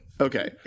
Okay